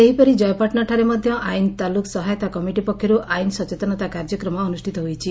ସେହିପରି ଜୟପାଟଶାଠାରେ ମଧ୍ଧ ଆଇନ ତାଲୁକ ସହାୟତା କମିଟି ପକ୍ଷର୍ ଆଇନ ସଚେତନତା କାର୍ଯ୍ୟକ୍ରମ ଅନୁଷିତ ହୋଇଛି